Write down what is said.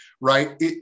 right